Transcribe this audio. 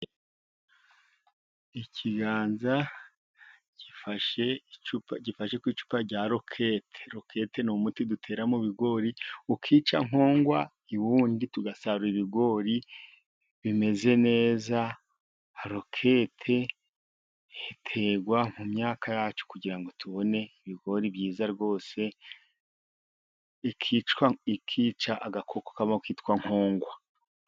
Ikiganza gifashe icupa, gifashe ku icupa rya rokete. Rokete ni umuti dutera mu bigori ukica nkongwa ubundi tugasarura ibigori bimeze neza ,rokete iterwa mu myaka yacu kugira ngo tubone ibigori byiza rwose, ikica agakoko kaba kitwa nkongwa.